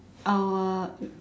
our